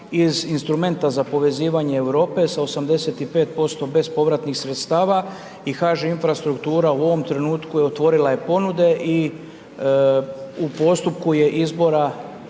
iz instrumenta za povezivanje Europe sa 85% bespovratnih sredstava i HŽ Infrastrukturu u ovom trenutku otvorila je ponude i u postupku je izbora